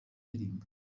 indirimbo